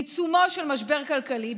בעיצומו של משבר כלכלי,